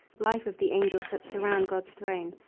life of the angels that surround god's throne!